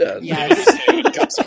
Yes